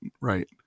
right